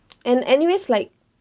and anyways like